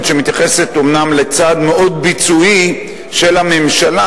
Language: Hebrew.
שמתייחסת אומנם לצד מאוד ביצועי של הממשלה,